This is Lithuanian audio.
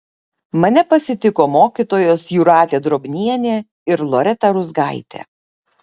mane pasitiko mokytojos jūratė drobnienė ir loreta ruzgaitė